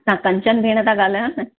तव्हां कंचन भेण था ॻाल्हायो न